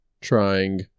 trying